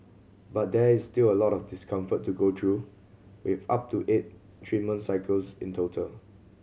but there is still a lot of discomfort to go through with up to eight treatment cycles in total